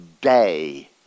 day